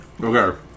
Okay